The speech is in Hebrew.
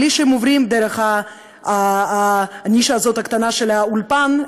בלי שהם עוברים דרך הנישה הקטנה של האולפן,